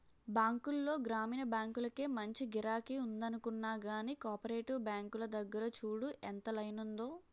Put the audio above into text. బాంకుల్లో గ్రామీణ బాంకులకే మంచి గిరాకి ఉందనుకున్నా గానీ, కోపరేటివ్ బాంకుల దగ్గర చూడు ఎంత లైనుందో?